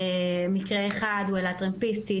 מקרה אחד הוא העלה טרמפיסטית,